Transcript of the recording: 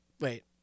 Wait